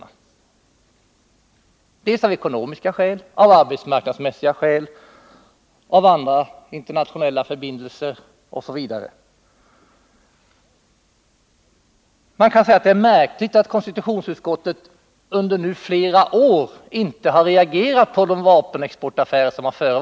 Skälen härtill har varit ekonomiska och arbetsmarknadsmässiga, hänsyn till andra internationella förbindelser osv. Det är egentligen märkligt att konstitutionsutskottet sedan en tid av flera år tillbaka inte har reagerat mot de vapenexportaffärer som förekommit.